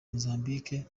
mozambique